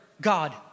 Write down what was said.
God